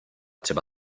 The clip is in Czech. třeba